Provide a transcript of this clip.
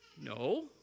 No